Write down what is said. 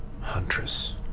Huntress